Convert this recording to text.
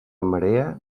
marea